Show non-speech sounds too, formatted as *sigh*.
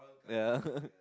yeah *laughs*